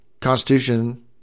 Constitution –